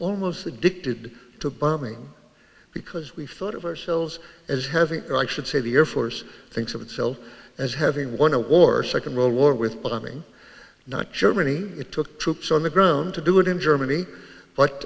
almost addicted to bombing because we thought of ourselves as having i should say the air force thinks of itself as having won a war second world war with bombing not germany it took troops on the ground to do it in germany but